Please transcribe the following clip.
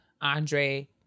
Andre